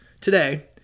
today